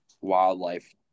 wildlife